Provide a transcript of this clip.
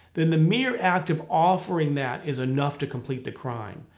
then the mere act of offering that is enough to complete the crime.